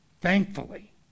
Thankfully